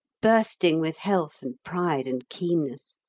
bursting with health and pride and keenness.